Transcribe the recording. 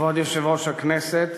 כבוד יושב-ראש הכנסת